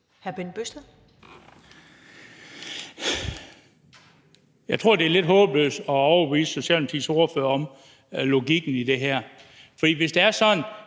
Jeg tror, det er lidt håbløst at overbevise Socialdemokratiets ordfører om logikken i det her. For hvis det er sådan,